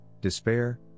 despair